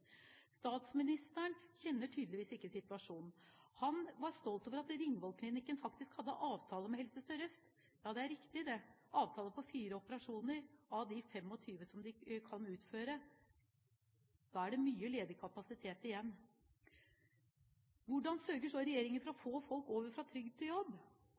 Statsministeren kjenner tydeligvis ikke situasjonen. Han var stolt over at Ringvoll Klinikken faktisk hadde avtale med Helse Sør-Øst. Ja, det er riktig det – avtale for fire operasjoner av de 25 som de kan utføre. Da er det mye ledig kapasitet igjen. Hvordan sørger så regjeringen for å få folk over fra trygd til jobb?